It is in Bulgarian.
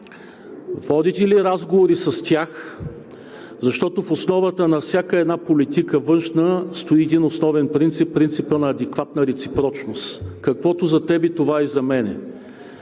водите ли разговори с тях, защото в основата на всяка една външна политика стои основен принцип – принципът на адекватна реципрочност: каквото за теб, това и за мен.